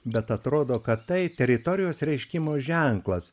bet atrodo kad tai teritorijos reiškimo ženklas